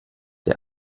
der